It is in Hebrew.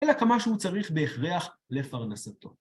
אלא כמה שהוא צריך בהכרח לפרנסתו.